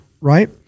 Right